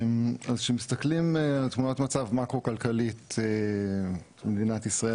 אז כשמסתכלים על תמונת מצב מאקרו כלכלית במדינת ישראל